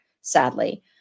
sadly